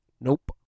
Nope